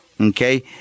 Okay